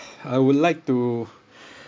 I would like to